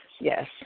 yes